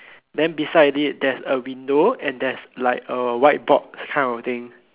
then beside it there's a window and there's like a white box kind of thing